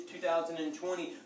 2020